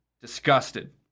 disgusted